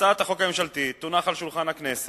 הצעת החוק הממשלתית תונח על שולחן הכנסת,